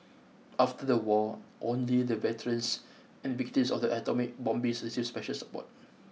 after the war only the veterans and victims of the atomic bombings received special support